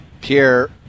Pierre